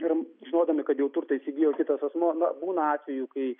ir žinodami kad jau turtą įsigijo kitas asmuo na būna atvejų kai